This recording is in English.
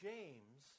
James